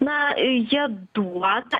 na jie duoda